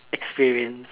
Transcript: experience